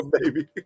baby